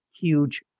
huge